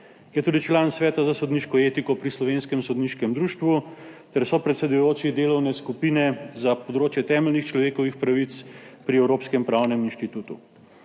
Je tudi član Sveta za sodniško etiko pri Slovenskem sodniškem društvu ter sopredsedujoči delovne skupine za področje temeljnih človekovih pravic pri Evropskem pravnem inštitutu.